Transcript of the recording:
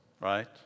right